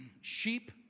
Sheep